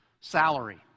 salary